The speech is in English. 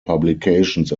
publications